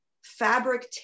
Fabric